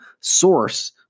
source